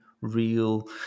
real